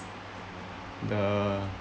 the